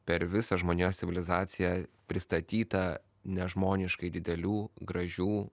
per visą žmonijos civilizaciją pristatyta nežmoniškai didelių gražių